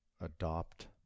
adopt